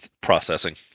processing